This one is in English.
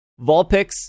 Vulpix